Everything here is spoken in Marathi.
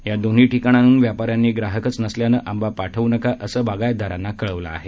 या दोन्ही ठिकाणांहून व्यापाऱ्यांनी ग्राहकच नसल्यानं आंबा पाठवू नका असं बागायतदारांना कळवलं आहे